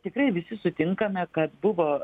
tikrai visi sutinkame kad buvo